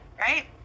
right